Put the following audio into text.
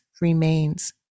remains